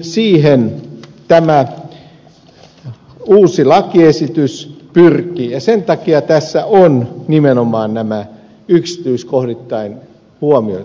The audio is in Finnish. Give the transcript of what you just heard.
siihen tämä uusi lakiesitys pyrkii ja sen takia tässä on nimenomaan nämä yksityiskohdittain huomioitu